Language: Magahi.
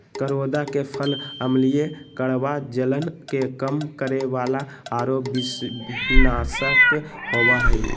करोंदा के फल अम्लीय, कड़वा, जलन के कम करे वाला आरो विषनाशक होबा हइ